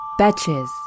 Betches